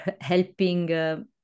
helping